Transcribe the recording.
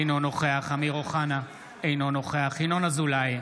אינו נוכח אמיר אוחנה, אינו נוכח ינון אזולאי,